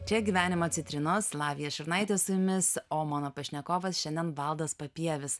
čia gyvenimo citrinos lavija šurnaitė su jumis o mano pašnekovas šiandien valdas papievis